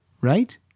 Right